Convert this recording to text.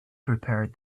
prepared